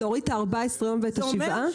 להוריד את ה-14 יום ואת השבעה ---?